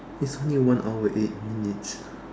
it's only one hour eight minutes